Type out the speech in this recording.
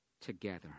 together